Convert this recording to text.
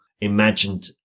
Imagined